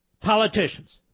politicians